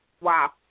wow